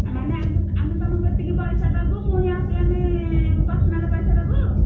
ମାନେ ଆମେ ଆମେ ତୁମକୁ ଏତିକି ପଇସା ଦେବୁ ପୁଣି ଆହୁରି ଆମେ ପର୍ସନାଲ୍ ପଇସା ଦେବୁ